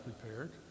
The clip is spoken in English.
prepared